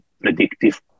predictive